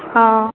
ஆ